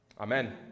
Amen